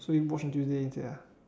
so we watch on Tuesday instead ah